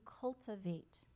cultivate